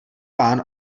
pán